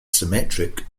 symmetric